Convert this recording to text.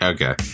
Okay